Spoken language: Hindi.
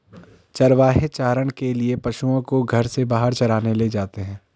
चरवाहे चारण के लिए पशुओं को घर से बाहर चराने ले जाते हैं